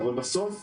בסוף,